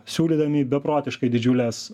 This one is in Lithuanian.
siūlydami beprotiškai didžiules